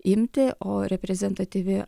imtį o reprezentatyvi